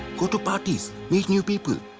go to parties, meet new people.